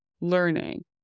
learning